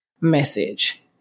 message